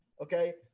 okay